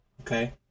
Okay